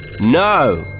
No